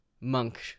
monk